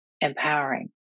empowering